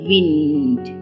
Wind